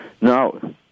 Now